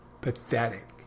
pathetic